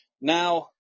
Now